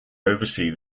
oversee